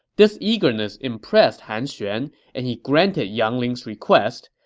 this eagerness impressed han xuan, and he granted yang ling's request.